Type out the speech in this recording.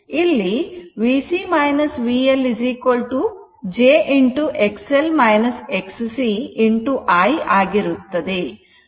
ಇಲ್ಲಿ VC VL j I ಆಗಿರುತ್ತದೆ